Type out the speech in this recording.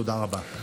תודה רבה.